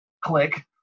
click